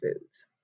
foods